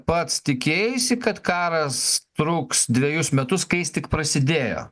pats tikėjaisi kad karas truks dvejus metus kai jis tik prasidėjo